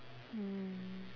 mm